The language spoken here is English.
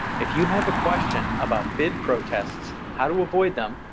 if you have a question about bid protests, how to avoid them,